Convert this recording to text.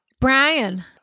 Brian